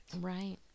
Right